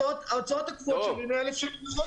ההוצאות הקבועות שלה הן 100,000 שקלים בחודש.